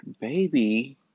baby